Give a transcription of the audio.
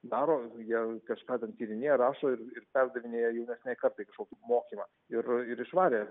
daro jie kažką tyrinėja rašo ir ir perdavinėja jaunesnei kartai kažkokį mokymą ir ir išvarė